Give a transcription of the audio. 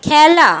খেলা